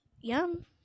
yum